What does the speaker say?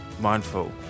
Mindful